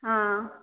ହଁ